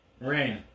Rain